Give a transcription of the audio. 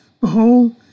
behold